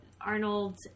Arnold